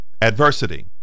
adversity